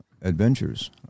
adventures